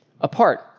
apart